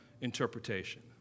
interpretation